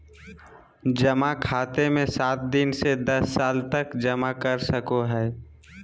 जमा खाते मे सात दिन से दस साल तक जमा कर सको हइ